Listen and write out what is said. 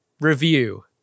review